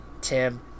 Tim